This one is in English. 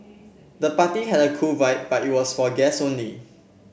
the party had a cool vibe but it was for guest only